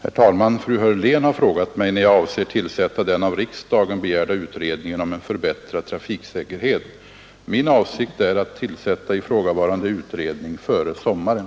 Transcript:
Fröken Hörlén har frågat mig när jag avser tillsätta den av riksdagen begärda utredningen om en förbättrad trafiksäkerhet. Min avsikt är att tillsätta ifrågavarande utredning före sommaren.